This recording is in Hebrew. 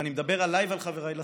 ואני מדבר עליי ועל חבריי לסיעה,